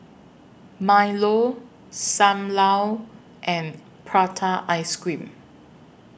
Milo SAM Lau and Prata Ice Cream